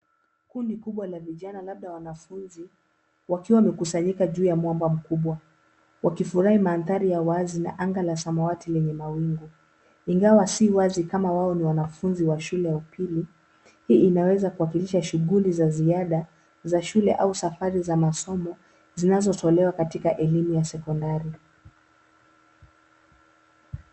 Kundi kubwa la vijana labda wanafunzi, wakiwa wamekusanyika juu ya mwamba mkubwa , wakufurahi mandhari ya wazi na anga la samawati lenye mawingu. Ingawa si wazi kama wao ni wanafunzi wa shule ya upili , hii inaweza kuwakilisha shughuli za ziada ,za shule au safari za masomo zinazotolewa katika elimu ya sekondari .